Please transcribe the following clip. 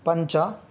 पञ्च